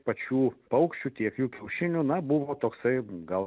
pačių paukščių tiek jų kiaušinių na buvo toksai gal